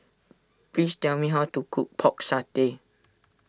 please tell me how to cook Pork Satay